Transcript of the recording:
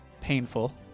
painful